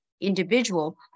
individual